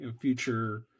future